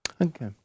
Okay